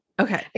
Okay